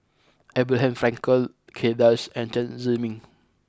Abraham Frankel Kay Das and Chen Zhiming